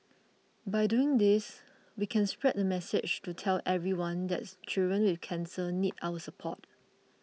by doing this we can spread the message to tell everyone that children with cancer need our support